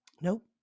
Nope